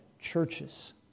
churches